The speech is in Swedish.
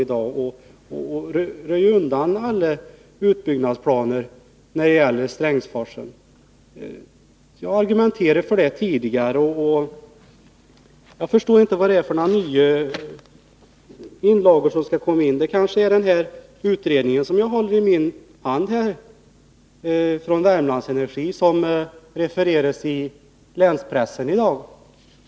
Därmed skulle vi undanröja alla planer på utbyggnad av Strängsforsen. Jag har argumenterat för den ståndpunkten tidigare och förstår inte vilka nya inlagor som skall behöva komma in. Kanske är det den utredning från Värmlands Energi som jag håller i min hand just nu och som refereras i länspressen i dag.